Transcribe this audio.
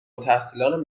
التحصیلان